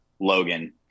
Logan